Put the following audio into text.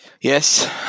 Yes